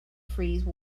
freeze